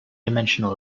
dimensional